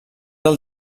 del